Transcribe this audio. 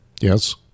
Yes